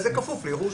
זה כפוף לערעור.